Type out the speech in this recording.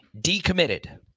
decommitted